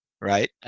right